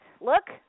Look